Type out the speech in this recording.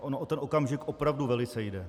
Ono o ten okamžik opravdu velice jde.